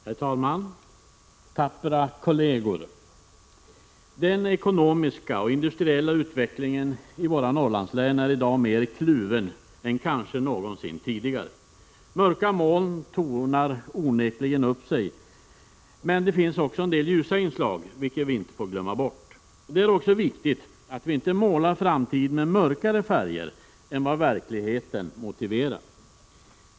Herr talman! Tappra kolleger! Den ekonomiska och industriella utvecklingen i våra Norrlandslän är i dag mer kluven än kanske någonsin tidigare. Mörka moln tornar onekligen upp sig, men det finns också en del ljusa inslag, vilket vi inte får glömma bort. Det är också viktigt att vi inte målar framtiden med mörkare färger än vad verkligheten motiverar.